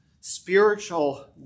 spiritual